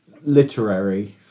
literary